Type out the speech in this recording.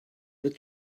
but